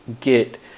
get